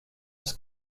his